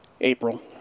April